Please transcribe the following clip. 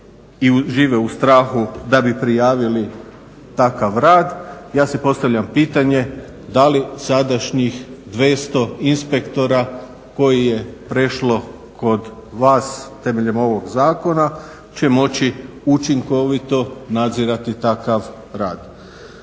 i žive u strahu da bi prijavili takav rad. Ja si postavljam pitanje da li sadašnjih 200 inspektora kojih je prešlo kod vas temeljem ovog zakona će moći učinkovito nadzirati takav rad.